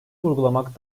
uygulamak